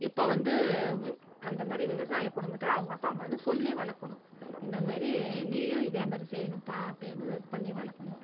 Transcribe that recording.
இப்போ வந்து அந்த மாதிரி விவசாய குடும்பத்தில் அவங்க அப்பா அம்மா வந்து சொல்லி வளர்க்கணும் இந்தமாரி நீயும் இதேமாரி செய்யணும்ப்பா அப்படினு இது பண்ணி வளர்க்கணும்